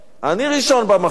"אני ראשון במחשב".